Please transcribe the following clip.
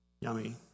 Yummy